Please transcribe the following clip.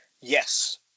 Yes